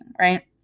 Right